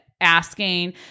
asking